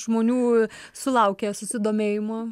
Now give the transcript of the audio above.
žmonių sulaukė susidomėjimo